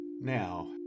Now